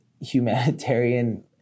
humanitarian